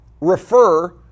refer